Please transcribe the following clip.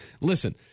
Listen